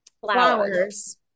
Flowers